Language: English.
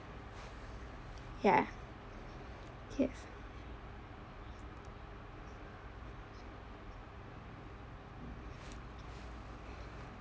ya yes